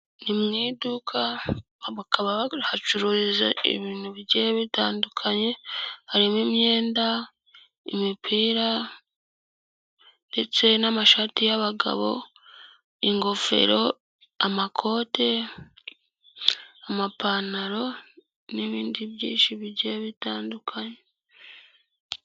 Ni mu iduka bakaba bahacururiza ibintu bigiye bitandukanye harimo imyenda, imipira ndetse n'amashati y'abagabo, ingofero, amakote, amapantaro n'ibindi byinshi bigiye bitandukanye.